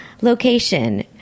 Location